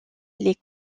les